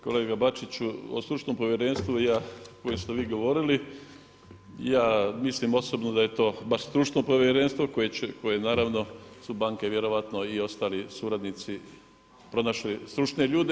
Kolega Bačić, o stručnom povjerenstvu koje ste vi govorili, ja mislim osobno da je to baš stručni povjerenstvo koje naravno su banke vjerovatno i ostali suradnici pronašli stručne ljude.